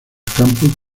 campus